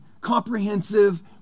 comprehensive